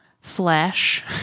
flesh